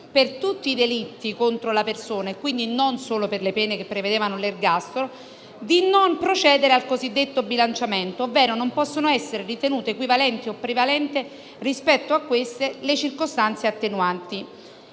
per tutti i delitti contro la persona (quindi, non solo per le pene che prevedevano l'ergastolo), di non procedere al cosiddetto bilanciamento; ovvero, non possono essere ritenute equivalenti o prevalenti rispetto a queste le circostanze attenuanti.